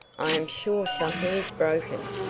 i am sure something is broken!